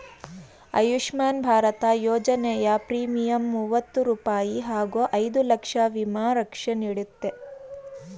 ಆಯುಷ್ಮಾನ್ ಭಾರತ ಯೋಜನೆಯ ಪ್ರೀಮಿಯಂ ಮೂವತ್ತು ರೂಪಾಯಿ ಹಾಗೂ ಐದು ಲಕ್ಷ ವಿಮಾ ರಕ್ಷೆ ನೀಡುತ್ತೆ